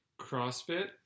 CrossFit